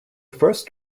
first